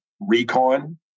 recon